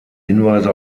hinweise